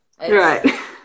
Right